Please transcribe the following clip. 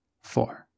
four